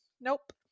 nope